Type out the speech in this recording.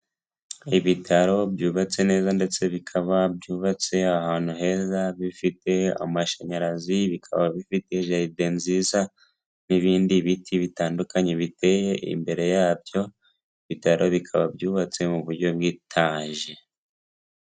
Ibitaro byubatse neza ndetse bikaba byubatse ahantu heza, bifite amashanyarazi bikaba bifite jaride nziza n'ibindi biti bitandukanye biteye imbere yabyo, ibitaro bikaba byubatse mu buryo bw'itaje.